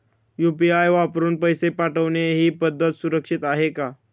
UPI वापरून पैसे पाठवणे ही पद्धत सुरक्षित आहे का?